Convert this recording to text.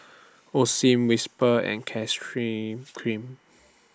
Osim Whisper and Kreme